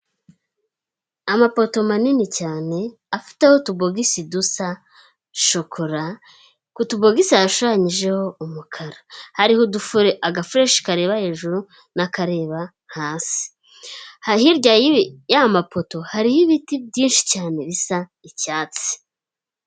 Amapoto manini cyane afiteho utubogisi dusa shokora, ku tubogisi hashushanyijeho umukara, hariho agafureshi kareba hejuru n'akareba hasi, hirya y'amapoto hariho ibiti byinshi cyane bisa icyatsi.